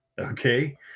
okay